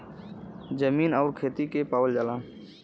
जमीन आउर खेती के पावल जाला